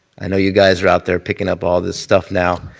i know you guys are out there picking up all this stuff now.